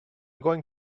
going